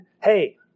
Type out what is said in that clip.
Hey